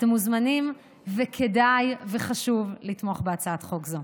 אתם מוזמנים וכדאי וחשוב לתמוך בהצעת חוק זו.